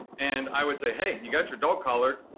and i would say, hey, and you got your dog collar,